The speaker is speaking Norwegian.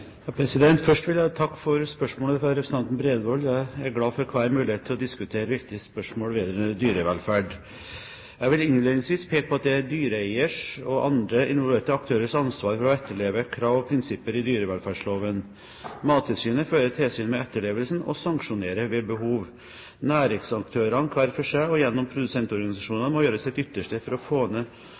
Først vil jeg takke for spørsmålet fra representanten Bredvold. Jeg er glad for hver mulighet til å diskutere viktige spørsmål vedrørende dyrevelferd. Jeg vil innledningsvis peke på at det er dyreeiers og andre involverte aktørers ansvar å etterleve krav og prinsipper i dyrevelferdsloven. Mattilsynet fører tilsyn med etterlevelsen, og sanksjonerer ved behov. Næringsaktørene hver for seg og gjennom produsentorganisasjonene må gjøre sitt ytterste for å få